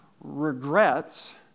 regrets